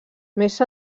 més